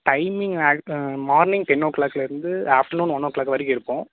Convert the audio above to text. timing அதுக்கு morning ten ஓ கிளாக்கில் இருந்து afternoon one o'clock வரைக்கும் இருப்போம்